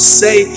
say